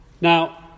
Now